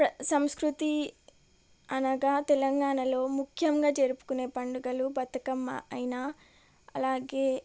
సంస్కృతి అనగా తెలంగాణలో ముఖ్యంగా జరుపుకునే పండుగలు బతుకమ్మ అయినా అలాగే